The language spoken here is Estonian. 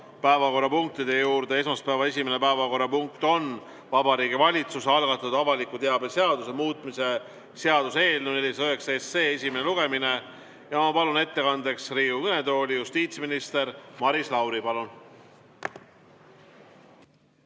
päevakorrapunktide juurde. Esmaspäevane esimene päevakorrapunkt on Vabariigi Valitsuse algatatud avaliku teabe seaduse muutmise seaduse eelnõu 409 esimene lugemine. Ma palun ettekandeks Riigikogu kõnetooli justiitsminister Maris Lauri. Palun!